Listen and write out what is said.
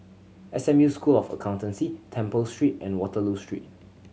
S M U School of Accountancy Temple Street and Waterloo Street